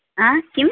आ किम्